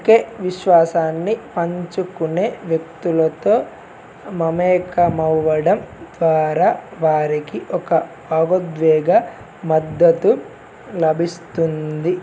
ఒకే విశ్వాసాన్ని పంచుకునే వ్యక్తులతో మమేకమవ్వడం ద్వారా వారికి ఒక భావోద్వేగ మద్దతు లభిస్తుంది